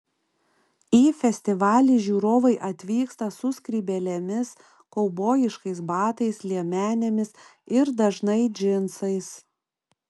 į festivalį žiūrovai atvyksta su skrybėlėmis kaubojiškais batais liemenėmis ir dažnai džinsais